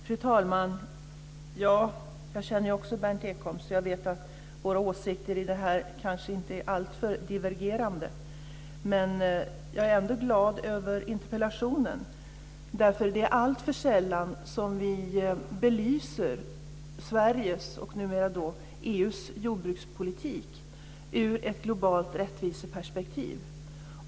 Fru talman! Jag känner Berndt Ekholm, så jag vet att våra åsikter här kanske inte är alltför divergerande. Jag är ändå glad över interpellationen, därför att det är alltför sällan som vi belyser Sveriges och numera EU:s jordbrukspolitik ur ett globalt rättviseperspektiv.